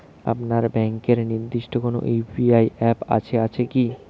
আপনার ব্যাংকের নির্দিষ্ট কোনো ইউ.পি.আই অ্যাপ আছে আছে কি?